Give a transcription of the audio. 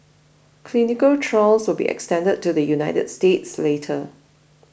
clinical trials will be extended to the United States later